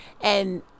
And-